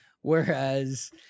whereas